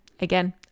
again